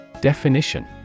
Definition